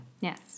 Yes